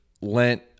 Lent